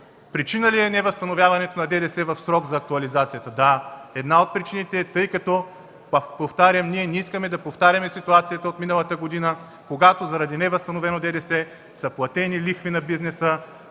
Причина ли е невъзстановяването на ДДС в срок за актуализацията? Да, една от причините е, тъй като, пак повтарям, не искаме да повтаряме ситуацията от миналата година, когато заради невъзстановено ДДС са платени лихви на бизнеса